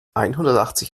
einhundertachtzig